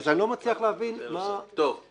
אז אני לא מצליח להבין מה --- אני